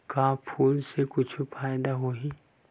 का फूल से कुछु फ़ायदा होही?